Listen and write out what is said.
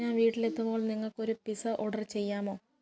ഞാൻ വീട്ടിലെത്തുമ്പോൾ നിങ്ങക്കൊരു പിസ്സ ഓഡറ് ചെയ്യാമോ